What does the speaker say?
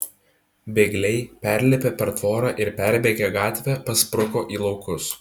bėgliai perlipę per tvorą ir perbėgę gatvę paspruko į laukus